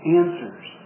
answers